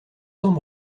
cents